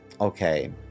okay